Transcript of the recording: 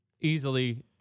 easily